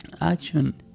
Action